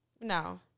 No